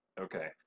Okay